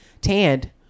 tanned